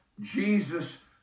Jesus